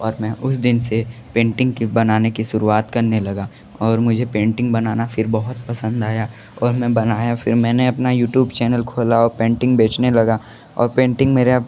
और मैं उस दिन से पेंटिंग की बनाने की शुरुआत करने लगा और मुझे पेंटिंग बनाना फिर बहुत पसंद आया और मैं बनाया फ़िर मैंने अपना यूट्यूब चैनल खोला और पेंटिंग बेचने लगा और पेंटिंग मेरा